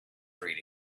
reading